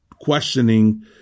questioning